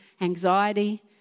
anxiety